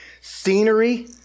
scenery